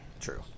True